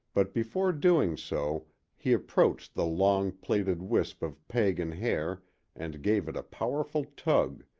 but before doing so he approached the long, plaited wisp of pagan hair and gave it a powerful tug,